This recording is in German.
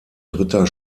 dritter